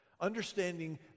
understanding